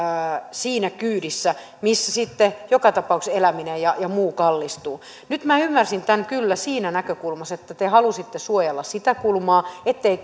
siinä kyydissä missä sitten joka tapauksessa eläminen ja muu kallistuu nyt minä ymmärsin tämän kyllä siitä näkökulmasta että te halusitte suojella sitä kulmaa ettei